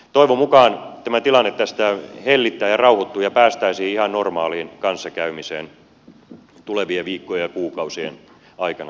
toivon mukaan tämä tilanne tästä hellittää ja rauhoittuu ja päästäisiin ihan normaaliin kanssakäymiseen tulevien viikkojen ja kuukausien aikana